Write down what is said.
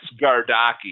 gardaki